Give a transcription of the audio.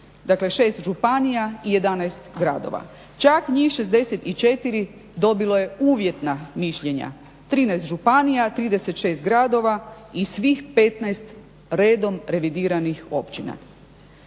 dakle 6 županija i 11 gradova. Čak njih 64 dobilo je uvjetna mišljenja, 13 županija, 36 gradova i svih 15 redom revidiranih općina.